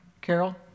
Carol